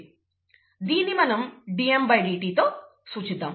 దీన్ని మనం dmdt తో సూచిద్దాం